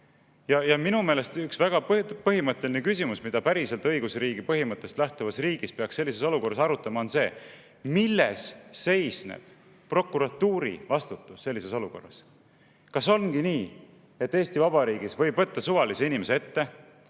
Minu meelest üks väga põhimõtteline küsimus, mida päriselt õigusriigi põhimõttest lähtuvas riigis peaks sellises olukorras arutama, on see, milles seisneb prokuratuuri vastutus sellises olukorras. Kas ongi nii, et Eesti Vabariigis võib võtta suvalise inimese ette,